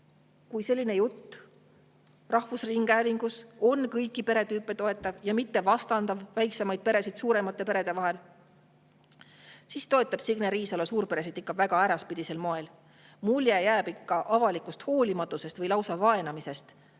Kui selline jutt rahvusringhäälingus on kõiki peretüüpe toetav ja ei vastanda väiksemaid peresid suurematele, siis toetab Signe Riisalo suurperesid ikka väga äraspidisel moel. Mulje jääb avalikust hoolimatusest või lausa vaenamisest